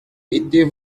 étiez